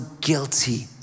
guilty